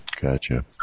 Gotcha